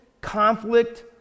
conflict